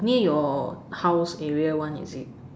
near your house area [one] is it